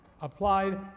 applied